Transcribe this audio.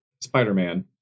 Spider-Man